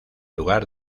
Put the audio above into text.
lugar